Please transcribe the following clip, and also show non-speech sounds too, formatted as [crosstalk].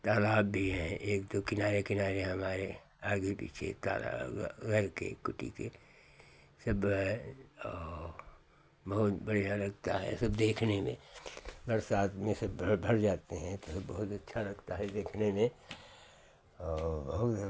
तालाब भी हैं एक दो किनारे किनारे हमारे आगे पीछे एक तालाब [unintelligible] के कुटी के सब और बहुत बढ़िया लगता है सब देखने में बरसात में सब भर भर जाते हैं तब बहुत अच्छा लगता है देखने में और बहुत